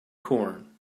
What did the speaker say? corn